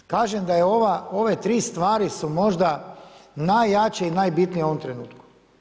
Kažem da su ove tri stvari možda najjače i najbitnije u ovom trenutku.